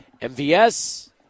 MVS